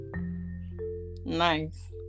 nice